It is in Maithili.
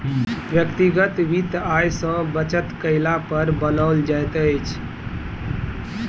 व्यक्तिगत वित्त आय सॅ बचत कयला पर बनाओल जाइत छै